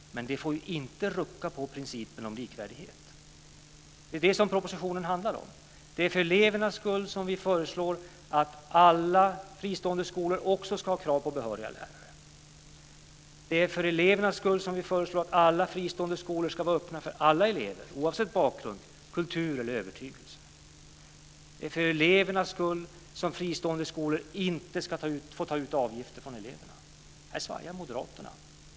Men den får inte rucka på principen om likvärdighet. Det är det som propositionen handlar om. Det är för elevernas skull som vi föreslår att alla fristående skolor också ska ha krav på behöriga lärare. Det är för elevernas skull som vi föreslår att alla fristående skolor ska vara öppna för alla elever, oavsett bakgrund, kultur eller övertygelse. Det är för elevernas skull som fristående skolor inte får ta ut avgifter från eleverna. Här svajar Moderaterna.